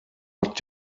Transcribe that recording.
hat